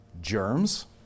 germs